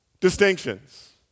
distinctions